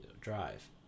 drive